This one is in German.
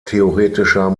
theoretischer